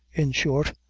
in short,